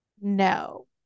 No